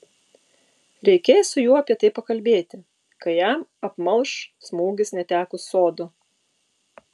reikės su juo apie tai pakalbėti kai jam apmalš smūgis netekus sodo